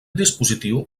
dispositiu